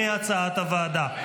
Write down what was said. כהצעת הוועדה.